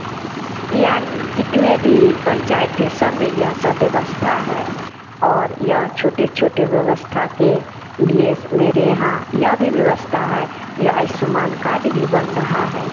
यानी जितने भी पंचायत है सब में यह सब व्यवस्था है और यह छोटे छोटे व्यवस्था के लिए स मेरे यहाँ यह व्यवस्था है या आयुष्मान कार्ड भी बन रहा है